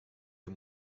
der